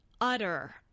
utter